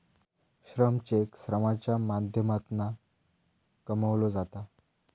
श्रम चेक श्रमाच्या माध्यमातना कमवलो जाता